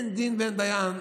אין דין ואין דיין,